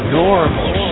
normal